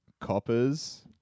coppers